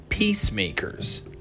Peacemakers